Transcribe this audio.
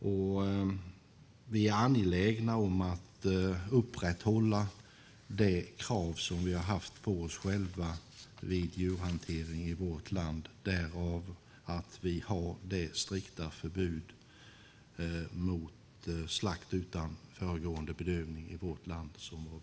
Och vi är angelägna om att upprätthålla de krav som vi har haft på oss själva vid djurhantering, därav det strikta förbud mot slakt utan föregående bedövning som vi har i vårt land.